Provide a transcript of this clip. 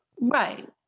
Right